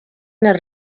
las